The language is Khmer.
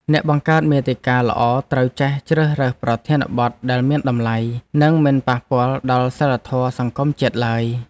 អ្នកបង្កើតមាតិកាល្អត្រូវចេះជ្រើសរើសប្រធានបទដែលមានតម្លៃ និងមិនប៉ះពាល់ដល់សីលធម៌សង្គមជាតិឡើយ។